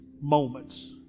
moments